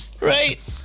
Right